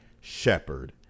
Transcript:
shepherd